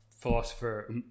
Philosopher